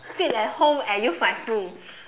sit at home and use my phone